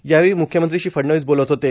यावेळी म्ख्यमंत्री फडणवीस बोलत होते